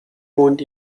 wohnt